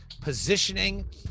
Positioning